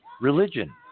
religion